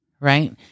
right